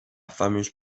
fameuse